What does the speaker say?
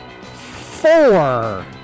four